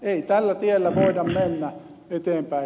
ei tällä tiellä voida mennä eteenpäin